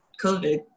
COVID